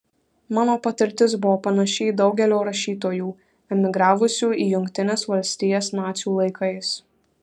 mano patirtis buvo panaši į daugelio rašytojų emigravusių į jungtines valstijas nacių laikais